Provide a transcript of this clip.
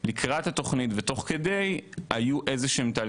לאשר אותן ולהעביר אותן כדי באמת שיתחיל